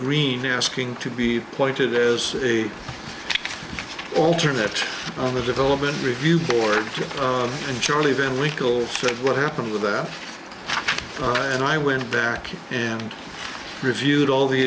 green asking to be pointed as a alternate on the development review board and charlie veron recall what happened with that and i went back and reviewed all the